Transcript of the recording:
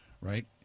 Right